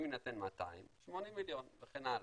אם יינתן 200, 80 מיליון, וכן הלאה.